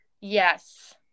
Yes